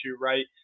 right